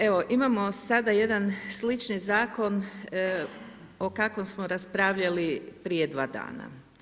Evo, imamo sada jedan slični Zakon o kakvom smo raspravljali prije dva dana.